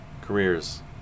careers